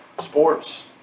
sports